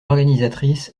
organisatrices